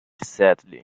sadly